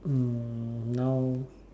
um now